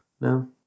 no